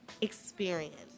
experience